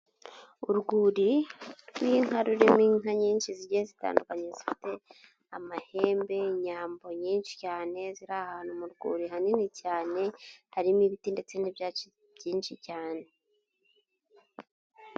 Urwuri rw'inka rurimo inka nyinshi zigiye zitandukanye zifite amahembe, inyambo nyinshi cyane ziri ahantu mu rwuri hanini cyane, harimo ibiti ndetse n'ibyatsi byinshi cyane.